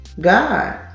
God